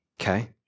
okay